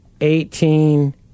Eighteen